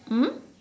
mm